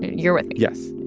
you're with me? yes.